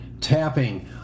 Tapping